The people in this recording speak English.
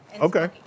Okay